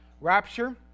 Rapture